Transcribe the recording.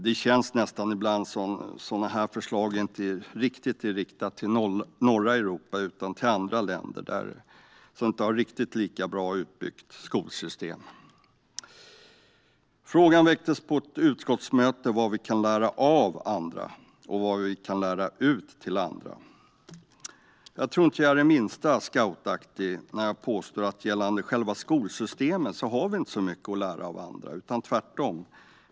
Det känns ibland nästan som om sådana här förslag inte är riktigt riktade till norra Europa utan till andra länder som inte har ett lika bra utbyggt skolsystem. På ett utskottsmöte väcktes frågan om vad vi kan lära oss av andra och vi kan lära ut till andra. Jag tror inte att jag är det minsta scoutaktig när jag påstår att vi gällande själva skolsystemet inte har så mycket att lära av andra - tvärtom.